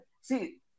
see